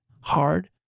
hard